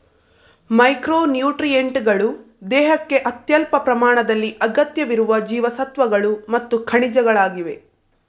micro ನ್ಯೂಟ್ರಿಯೆಂಟುಗಳು ದೇಹಕ್ಕೆ ಅತ್ಯಲ್ಪ ಪ್ರಮಾಣದಲ್ಲಿ ಅಗತ್ಯವಿರುವ ಜೀವಸತ್ವಗಳು ಮತ್ತು ಖನಿಜಗಳಾಗಿವೆ